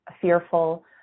fearful